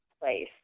place